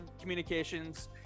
communications